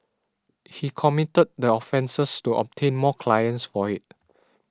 he committed the offences to obtain more clients for it